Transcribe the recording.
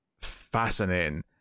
fascinating